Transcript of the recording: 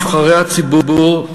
נבחרי הציבור,